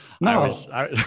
No